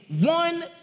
one